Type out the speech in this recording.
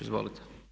Izvolite.